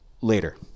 later